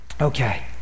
Okay